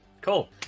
Cool